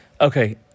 Okay